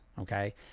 okay